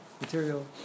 material